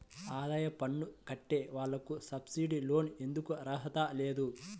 ఆదాయ పన్ను కట్టే వాళ్లకు సబ్సిడీ లోన్ ఎందుకు అర్హత లేదు?